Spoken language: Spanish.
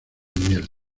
miel